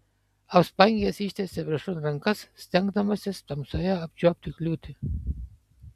apspangęs ištiesė viršun rankas stengdamasis tamsoje apčiuopti kliūtį